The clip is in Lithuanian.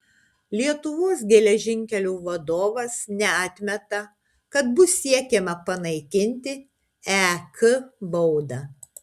lietuvos geležinkelių vadovas neatmeta kad bus siekiama panaikinti ek baudą